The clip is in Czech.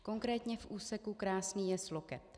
Konkrétně v úseku Krásný Jez Loket.